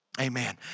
amen